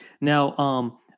Now –